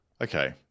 Okay